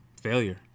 failure